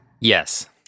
Yes